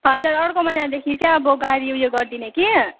हजर अर्को महिनादेखि चाहिँ अब गाडी उयो गरिदेने कि